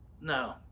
No